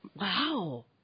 Wow